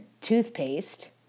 toothpaste